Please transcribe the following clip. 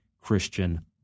Christian